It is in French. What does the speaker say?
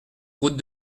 route